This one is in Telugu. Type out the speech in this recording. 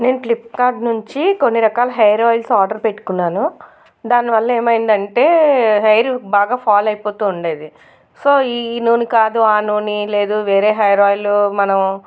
నేను ఫ్లిప్కార్ట్ నుంచి కొన్ని రకాల హెయిర్ ఆయిల్స్ ఆర్డర్ పెట్టుకున్నాను దానివల్ల ఏమైంది అంటే హెయిర్ బాగా ఫాల్ అయిపోతు ఉండేది సో ఈ నూనె కాదు ఆ నూనె లేదు వేరే హెయిర్ ఆయిల్ మనం